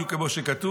בדיוק כמו שכתוב,